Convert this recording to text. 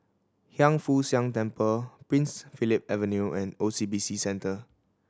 Hiang Foo Siang Temple Prince Philip Avenue and O C B C Centre